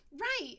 Right